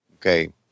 Okay